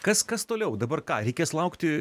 kas kas toliau dabar ką reikės laukti